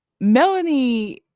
melanie